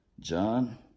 John